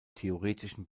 theoretischen